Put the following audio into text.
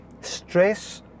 stress